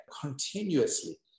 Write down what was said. continuously